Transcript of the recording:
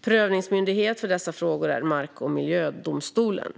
Prövningsmyndighet för dessa frågor är mark och miljödomstolen.